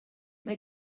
mae